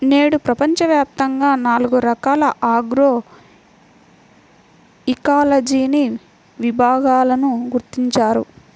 నేడు ప్రపంచవ్యాప్తంగా నాలుగు రకాల ఆగ్రోఇకాలజీని విభాగాలను గుర్తించారు